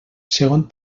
segon